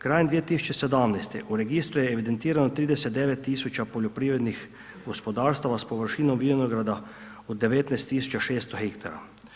Krajem 2017. u registru je evidentirano 39000 poljoprivrednih gospodarstava s površinom vinograda od 19600 hektara.